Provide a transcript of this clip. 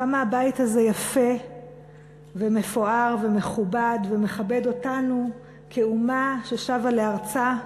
כמה הבית הזה יפה ומפואר ומכובד ומכבד אותנו כאומה ששבה לארצה,